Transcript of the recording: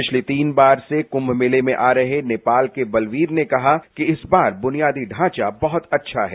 पिछले तीन बार से कुंभ मेले में आ रहे नेपाल के बलवीर ने कहा कि इस बार दुनियादी ढांचा बहुत अच्छा है